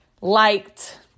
liked